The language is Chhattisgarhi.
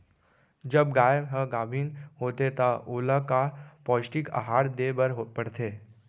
जब गाय ह गाभिन होथे त ओला का पौष्टिक आहार दे बर पढ़थे?